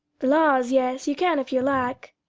laws, yes, you can if you like.